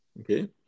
Okay